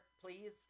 please